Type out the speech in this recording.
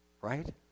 Right